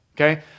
okay